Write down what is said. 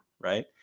right